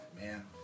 Man